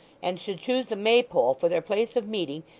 and should choose the maypole for their place of meeting,